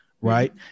right